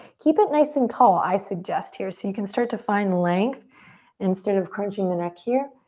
keep it nice and tall, i suggest here so you can start to find length instead of crunching the neck here.